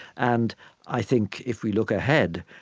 and i think if we look ahead,